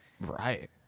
Right